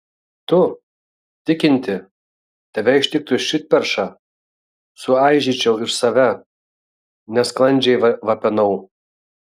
tu tikinti tave ištiktų širdperša suaižyčiau ir save nesklandžiai vapenau